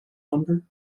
number